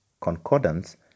concordance